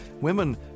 women